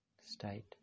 state